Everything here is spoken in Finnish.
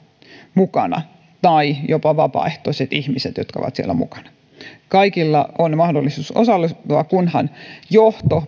mukana tai jopa vapaaehtoiset ihmiset jotka ovat siellä mukana kaikilla on mahdollisuus osallistua kunhan johto